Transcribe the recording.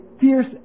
fierce